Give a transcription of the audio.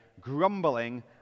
grumbling